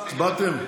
הצבעתם?